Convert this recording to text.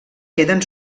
queden